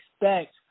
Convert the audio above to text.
expect